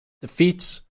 defeats